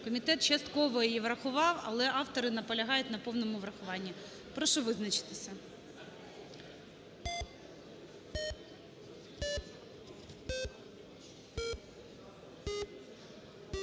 Комітет частково її врахував, але автори наполягають на повному врахуванні. Прошу визначитися.